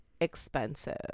expensive